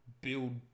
build